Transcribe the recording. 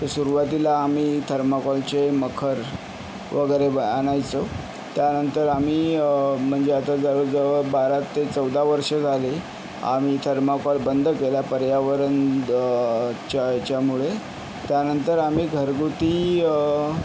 तर सुरवातीला आम्ही थर्माकोलचे मखर वगैरे ब आणायचो त्यानंतर आम्ही म्हणजे आता जवळजवळ बारा ते चौदा वर्ष झाले आम्ही थर्माकॉल बंद केलाय पर्यावरण च्या याच्यामुळे त्यानंतर आम्ही घरगुती